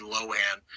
Lohan